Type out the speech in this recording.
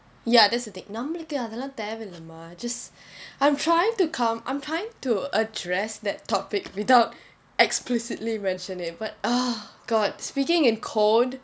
ya that's the thing நம்மளுக்கு அதெல்லாம் தேவை இல்லை மா:nammalukku athellaam thevai illai ma just I'm trying to come I'm trying to address that topic without explicitly mentioning but ugh god speaking in code